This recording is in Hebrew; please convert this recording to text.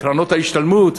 קרנות ההשתלמות.